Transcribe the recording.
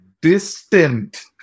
distant